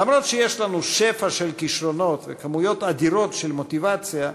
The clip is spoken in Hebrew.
למרות שיש לנו שפע של כישרונות וכמויות אדירות של מוטיבציה,